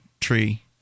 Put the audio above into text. tree